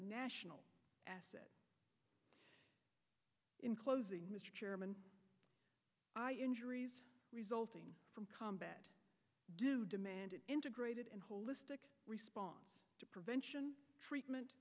national asset in closing mr chairman injuries resulting from combat do demand an integrated and holistic response to prevention treatment